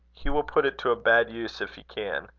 he will put it to a bad use, if he can.